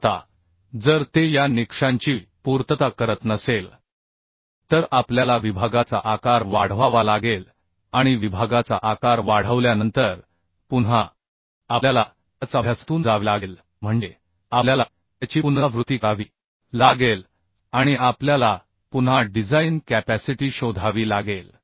आता जर ते या निकषांची पूर्तता करत नसेल तर आपल्याला विभागाचा आकार वाढवावा लागेल आणि विभागाचा आकार वाढवल्यानंतर पुन्हाआपल्याला त्याच अभ्यासातून जावे लागेल म्हणजे आपल्याला त्याची पुनरावृत्ती करावी लागेल आणि आपल्याला पुन्हा डिझाइन कॅपॅसिटी शोधावी लागेल